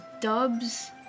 dubs